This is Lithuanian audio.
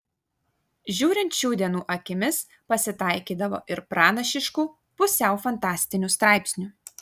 žiūrint šių dienų akimis pasitaikydavo ir pranašiškų pusiau fantastinių straipsnių